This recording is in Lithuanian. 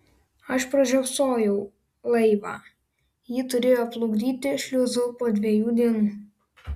aš pražiopsojau laivą jį turėjo plukdyti šliuzu po dviejų dienų